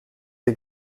die